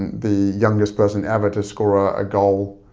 the youngest person ever to score a goal